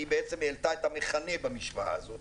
כשהיא העלתה את המכנה במשוואה הזו,